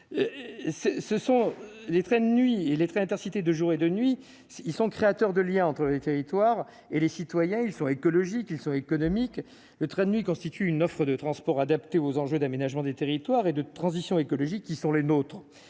ce sont les trains de nuit et les trains Intercités de jour et de nuit, s'ils sont créateurs de Liens entre les territoires et les citoyens, ils sont écologiques, ils sont économiques, le train de nuit constitue une offre de transport adaptée aux enjeux d'aménagement du territoire et de transition écologique qui sont les nôtres,